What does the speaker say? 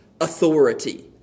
Authority